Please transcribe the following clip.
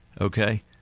Okay